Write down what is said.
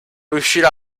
riuscirà